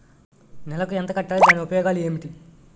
నెలకు ఎంత కట్టాలి? దాని ఉపయోగాలు ఏమిటి?